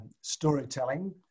storytelling